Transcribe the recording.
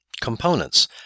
components